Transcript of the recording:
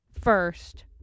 first